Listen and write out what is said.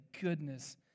goodness